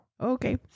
Okay